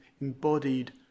embodied